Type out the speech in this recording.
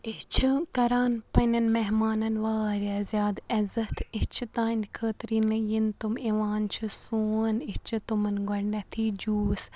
أسۍ چھِ کَران پنٛنٮ۪ن مہمانَن واریاہ زیادٕ عزت أسۍ چھِ تَہَنٛدِ خٲطرٕ ییٚلہِ نہ یِن تم یِوان چھِ سون أسۍ چھِ تمَن گۄڈنٮ۪تھٕے جوٗس